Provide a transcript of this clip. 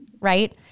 Right